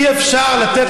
אי-אפשר לתת,